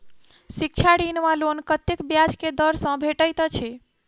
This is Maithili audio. शिक्षा ऋण वा लोन कतेक ब्याज केँ दर सँ भेटैत अछि?